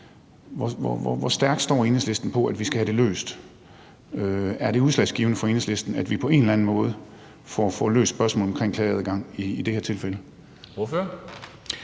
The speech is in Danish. Hvor stærkt står Enhedslisten på, at vi skal have det løst? Er det udslagsgivende for Enhedslisten, at vi på en eller anden måde får løst spørgsmålet omkring klageadgang i det her tilfælde?